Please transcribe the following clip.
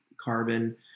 carbon